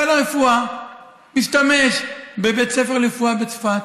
חיל הרפואה משתמש בבית הספר לרפואה בצפת